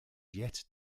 yet